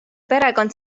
perekond